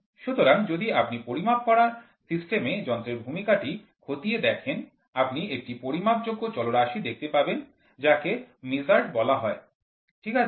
সুতরাং যদি আপনি পরিমাপ করার সিস্টেমে যন্ত্রের ভূমিকাটি খতিয়ে দেখেন আপনি একটি পরিমাপযোগ্য চলরাশি দেখতে পাবেন যাকে মেজার্যান্ড বলা হয় ঠিক আছে